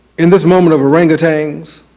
in this moment of orangutans,